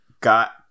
got